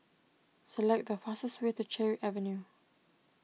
select the fastest way to Cherry Avenue